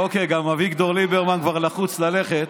אוקיי, גם אביגדור ליברמן לחוץ ללכת,